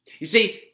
you see,